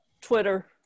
Twitter